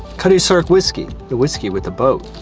cutty sark whiskey the whiskey with a boat.